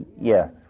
Yes